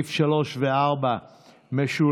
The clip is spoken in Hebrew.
סגן השר יואב סגלוביץ'